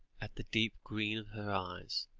at the deep green of her eyes,